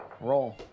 Roll